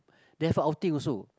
they have a outing also